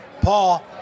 Paul